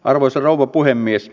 arvoisa rouva puhemies